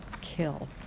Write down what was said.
kill